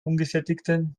ungesättigten